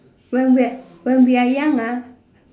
when we're when we are young ah